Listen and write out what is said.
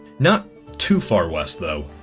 not too far west though,